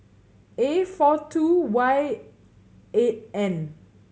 A four two Y eight N